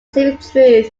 specific